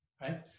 right